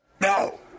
No